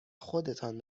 خودتان